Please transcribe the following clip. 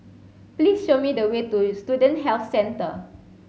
please show me the way to Student Health Centre